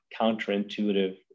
counterintuitive